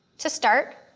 to start,